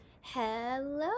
Hello